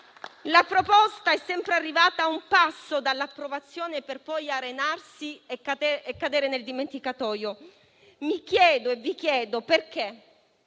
La proposta è sempre arrivata a un passo dall'approvazione, per poi arenarsi e cadere nel dimenticatoio. Mi chiedo e vi chiedo: perché?